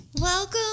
Welcome